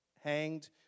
hanged